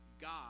God